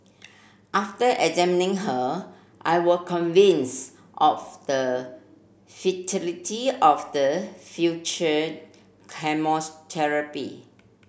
after examining her I were convinced of the futility of the future chemotherapy